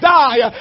die